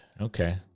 Okay